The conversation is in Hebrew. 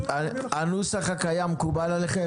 הנוסח הקיים מקובל עליכם?